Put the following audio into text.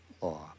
law